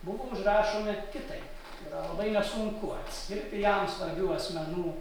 buvo užrašomi kitaip yra labai nesunku atskirti jam svarbių asmenų